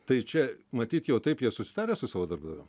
tai čia matyt jau taip jie susitarę su savo darbdaviu